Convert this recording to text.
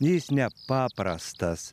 jis nepaprastas